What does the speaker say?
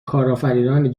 کارآفرینان